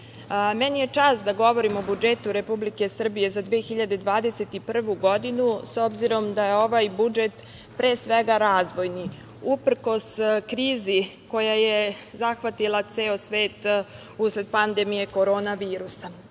meni je čast da govorim o budžetu Republike Srbije za 2021. godinu, s obzirom da je ovaj budžet, pre svega, razvojni uprkos krizi koja je zahvatila ceo svet usled pandemije korona virusa. Ono